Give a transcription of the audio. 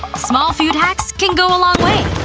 small food hacks can go a long way.